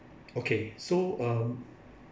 okay so um